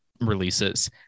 releases